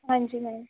ਹਾਂਜੀ ਮੈਮ